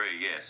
yes